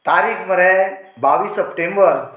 तारीख मरे बावीस सप्टेंबर